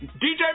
dj